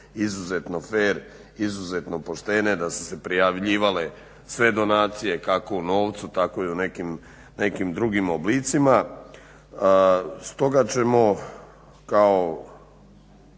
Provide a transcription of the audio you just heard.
izuzetno fer, izuzetno poštene, da su se prijavljivale sve donacije kako u novcu, tako i u nekim drugim oblicima. Stoga ćemo kao